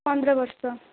ପନ୍ଦର ବର୍ଷ